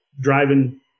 driving